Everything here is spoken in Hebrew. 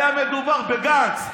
היה מדובר בגנץ והשמאל,